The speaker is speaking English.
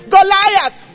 Goliath